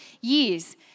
years